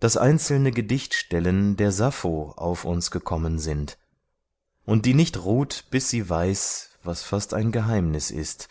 daß einzelne gedichtstellen der sappho auf uns gekommen sind und die nicht ruht bis sie weiß was fast ein geheimnis ist